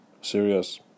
serious